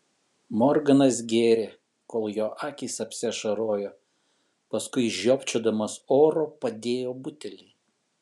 morganas gėrė kol jo akys apsiašarojo paskui žiopčiodamas oro padėjo butelį